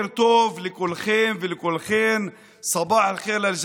אבל ראש האופוזיציה יושב בבית שלו ולא עושה את תפקידו נגד הקואליציה,